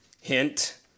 Hint